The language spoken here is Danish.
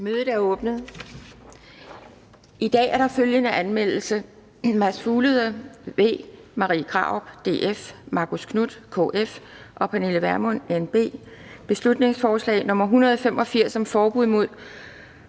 Mødet er åbnet. I dag er der følgende anmeldelse: Mads Fuglede (V), Marie Krarup (DF), Marcus Knuth (KF) og Pernille Vermund (NB): Beslutningsforslag nr. B 185 (Forslag